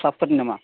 क्लाबफोरनि नामा